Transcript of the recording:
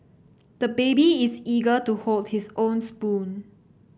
the baby is eager to hold his own spoon